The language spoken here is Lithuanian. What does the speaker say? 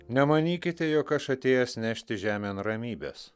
nemanykite jog aš atėjęs nešti žemėn ramybės